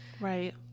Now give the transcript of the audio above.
Right